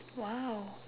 !wow!